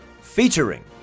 featuring